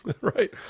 Right